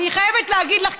אני חייבת להגיד לך,